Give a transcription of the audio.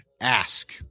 ask